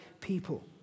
people